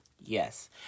yes